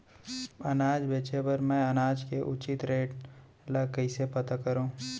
अनाज बेचे बर मैं अनाज के उचित रेट ल कइसे पता करो?